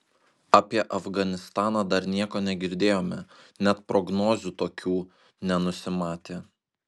apie afganistaną dar nieko negirdėjome net prognozių tokių nenusimatė